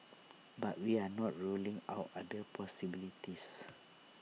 but we are not ruling out other possibilities